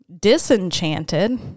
disenchanted